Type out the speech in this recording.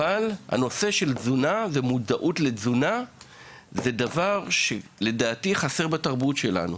אבל נושא התזונה ומודעות לתזונה הוא לדעתי דבר שחסר בתרבות שלנו.